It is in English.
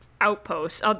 outposts